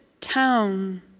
town